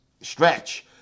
stretch